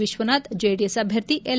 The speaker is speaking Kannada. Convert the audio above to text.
ವಿಶ್ವನಾಥ್ ಜೆಡಿಎಸ್ ಅಭ್ಯರ್ಥಿ ಎಲ್